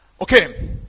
Okay